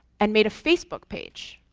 and made a facebook page.